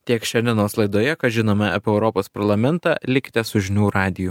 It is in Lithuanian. tiek šiandienos laidoje ką žinome apie europos parlamentą likite su žinių radiju